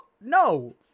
No